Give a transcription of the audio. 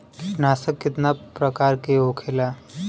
कीटनाशक कितना प्रकार के होखेला?